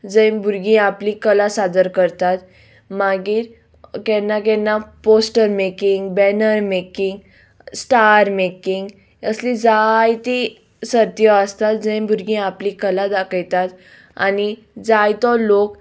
जंय भुरगीं आपली कला सादर करतात मागीर केन्ना केन्ना poster making banner making star making असली जायती सर्त्यो आसतात जंय भुरगीं आपली कला दाखयतात आनी जायतो लोक